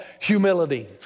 humility